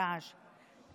הרעש.